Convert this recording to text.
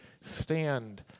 stand